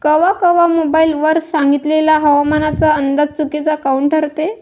कवा कवा मोबाईल वर सांगितलेला हवामानाचा अंदाज चुकीचा काऊन ठरते?